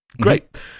great